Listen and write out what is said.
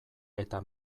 eta